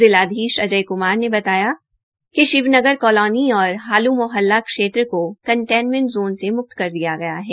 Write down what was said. जिलाधीश अजय क्ामर ने बताया कि शिव नगर कालोनी और हालू मोहल्ला क्षेत्र कंटेनमेंट ज़ोन से म्क्त कर दिया गया है